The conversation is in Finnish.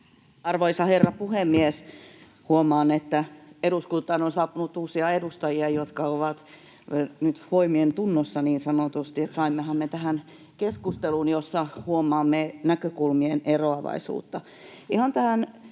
Arvoisa herra puhemies! Huomaan, että eduskuntaan on saapunut uusia edustajia, jotka ovat nyt voimien tunnossa niin sanotusti, eli saimmehan me tähän keskustelun, jossa huomaamme näkökulmien eroavaisuutta.